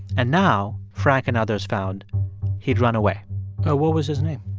and now, frank and others found he'd run away what was his name?